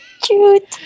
Cute